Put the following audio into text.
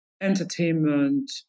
entertainment